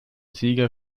sieger